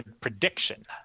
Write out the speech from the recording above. prediction